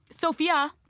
Sophia